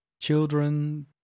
children